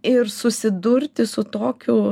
ir susidurti su tokiu